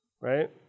right